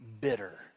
bitter